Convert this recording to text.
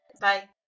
Bye